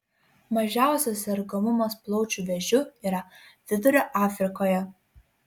mažiausias sergamumas plaučių vėžiu yra vidurio afrikoje